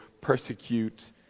persecute